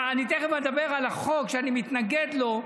אני תכף אדבר על החוק, שאני מתנגד לו.